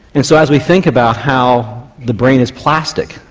and so as we think about how the brain is plastic,